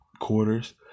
quarters